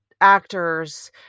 actors